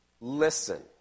listen